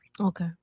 Okay